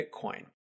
Bitcoin